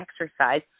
exercise